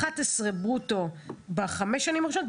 11,000 ברוטו בחמש שנים הראשונות,